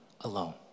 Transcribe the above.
alone